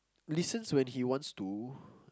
listens when he wants to